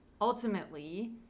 ultimately